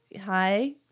hi